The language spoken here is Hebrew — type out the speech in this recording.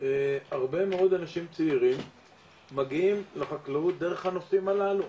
הרבה מאוד אנשים צעירים מגיעים לחקלאות דרך הנושאים הללו.